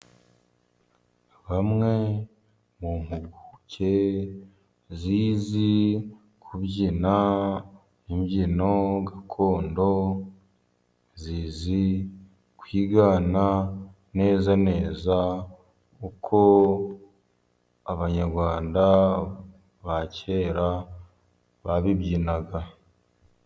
Bamwe mu mpuguke zizi kubyina imbyino gakondo, zizi kwigana neza neza uko abanyarwanda ba kera babibyinaga.